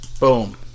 Boom